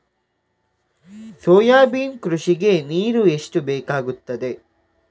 Soybean ಕೃಷಿಗೆ ನೀರು ಎಷ್ಟು ಬೇಕಾಗುತ್ತದೆ?